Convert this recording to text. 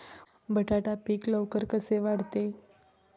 बटाटा पीक लवकर कसे वाढते?